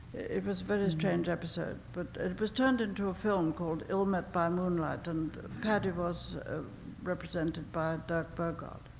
it was a very strange episode. but it was turned into a film called ill met by moonlight, and paddy was represented by dirk bogarde.